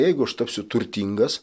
jeigu aš tapsiu turtingas